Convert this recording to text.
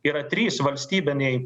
yra trys valstybiniai